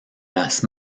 las